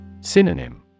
Synonym